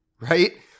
right